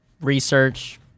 research